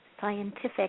Scientific